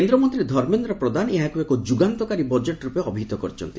କେନ୍ଦ୍ରମନ୍ତ୍ରୀ ଧର୍ମେନ୍ଦ୍ର ପ୍ରଧାନ ଏହାକୁ ଏକ ଯୁଗାନ୍ତକାରୀ ବଜେଟ୍ ରୂପେ ଅଭିହିତ କରିଛନ୍ତି